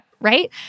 right